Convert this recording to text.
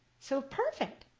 so perfect,